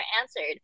answered